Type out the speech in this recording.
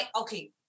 okay